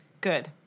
good